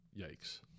yikes